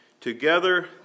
Together